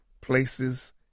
places